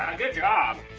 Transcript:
good job!